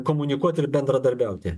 komunikuot ir bendradarbiauti